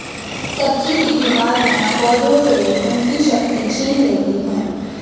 सब्जी की बीमारियां पौधों से उनकी शक्ति छीन लेती हैं